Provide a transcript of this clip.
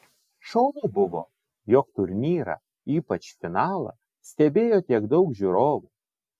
šaunu buvo jog turnyrą ypač finalą stebėjo tiek daug žiūrovų